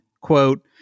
quote